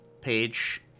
page